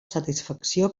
satisfacció